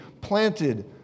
planted